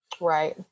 Right